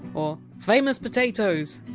or! famous potatoes!